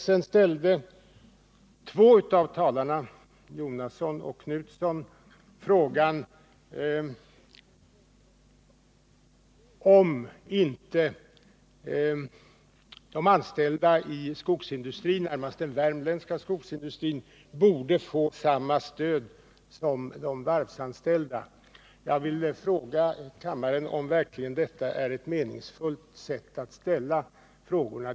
Sedan ställde två av talarna, nämligen Bertil Jonasson och Göthe Knutson, frågan om inte de anställda i skogsindustrin, närmast i den värmländska skogsindustrin, borde få samma stöd som de varvsanställda. Jag vill då fråga kammaren om detta verkligen är ett meningsfullt sätt att ställa frågorna.